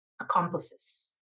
accomplices